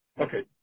Okay